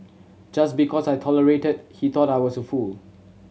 just because I tolerated he thought I was a fool